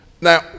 Now